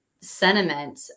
sentiment